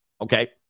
Okay